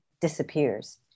disappears